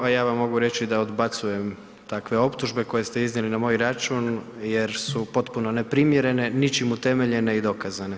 A ja vam mogu reći da odbacujem takve optužbe koje ste iznijeli na moj račun jer su potpuno neprimjerene, ničim utemeljene i dokazane.